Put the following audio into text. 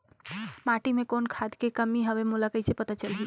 माटी मे कौन खाद के कमी हवे मोला कइसे पता चलही?